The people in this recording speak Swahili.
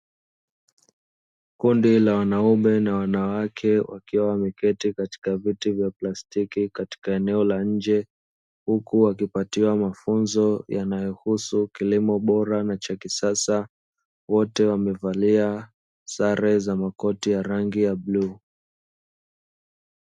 Kundi la wanaume na wanawake wakiwa wameketi katika viti vya plastiki katika eneo la nje; huku wakipatiwa mafunzo yanayohusu kilimo bora na cha kisasa. Wote wamevalia sare za makoti ya rangi ya bluu.